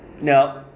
no